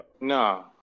No